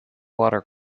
water